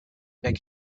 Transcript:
beg